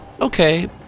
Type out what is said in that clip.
Okay